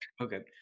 Okay